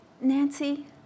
Nancy